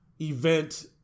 event